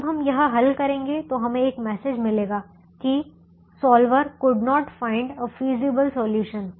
जब हम यह हल करेंगे तो हमें एक मैसेज मिलेगा कि solver could not find a feasible solution